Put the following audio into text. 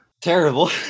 terrible